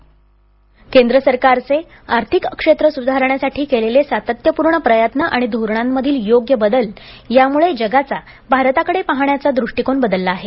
ध्वनी केंद्र सरकारचे आर्थिक क्षेत्र सुधारण्यासाठी केलेले सात्यत्यपूर्ण प्रयत्न आणि धोरणांमधील योग्य बदल यामुळे जगाचा भारताकडे पाहण्याचा दृष्टीकोन बदलला आहे